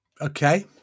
Okay